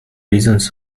reasons